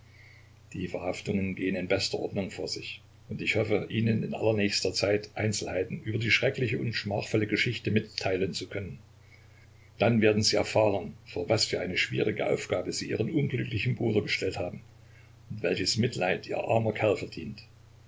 die verhaftungen gehen in bester ordnung vor sich und ich hoffe ihnen in allernächster zeit einzelheiten über die schreckliche und schmachvolle geschichte mitteilen zu können dann werden sie erfahren vor was für eine schwierige aufgabe sie ihren unglücklichen bruder gestellt haben und welches mitleid ihr armer kerl verdient